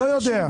לא יודע.